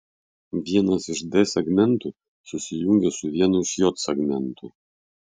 vienas iš d segmentų susijungia su vienu iš j segmentų